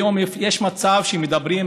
היום יש מצב שמדברים,